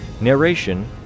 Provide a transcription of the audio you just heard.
Narration